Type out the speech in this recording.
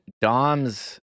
Doms